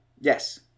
Yes